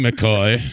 McCoy